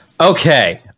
Okay